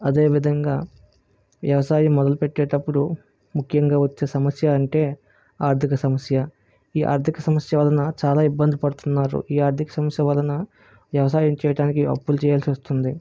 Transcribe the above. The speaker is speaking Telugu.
అదేవిధంగా వ్యవసాయం మొదలుపెట్టేటప్పుడు ముఖ్యంగా వచ్చే సమస్య అంటే ఆర్థిక సమస్య ఈ ఆర్థిక సమస్య వలన చాలా ఇబ్బంది పడుతున్నారు ఈ ఆర్థిక సమస్య వలన వ్యవసాయం చేయడానికి అప్పులు చేయాల్సి వస్తుంది